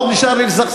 מה עוד נשאר לי לסכסך?